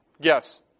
yes